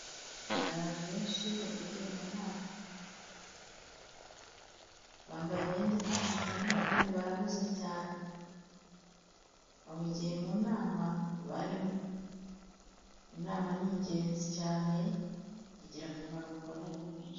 Ni abantu benshi bahugiye mu nama, bambaye imyenda itandukanye kandi barahuze cyane, bahugiye mu nama barimo, inama ni ingezi cyane, igira akamaro mu mbaga nyamwinshi.